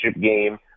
game